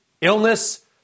illness